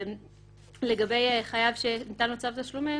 לגבי חייב שניתן לו צו תשלומים,